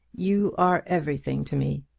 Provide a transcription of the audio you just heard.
you are everything to me.